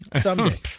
someday